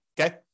okay